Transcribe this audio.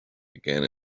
again